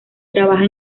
trabaja